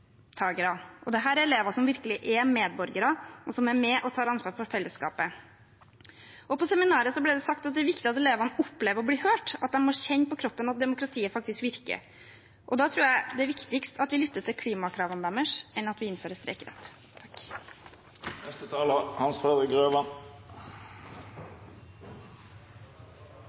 er elever som virkelig er medborgere, og som er med og tar ansvar for fellesskapet. På seminaret ble det sagt at det er viktig at elevene opplever å bli hørt, at de må kjenne på kroppen at demokratiet faktisk virker. Da tror jeg det er viktigere at vi lytter til klimakravene deres enn at vi innfører streikerett.